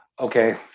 okay